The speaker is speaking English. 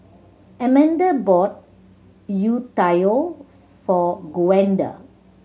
Amanda bought youtiao for Gwenda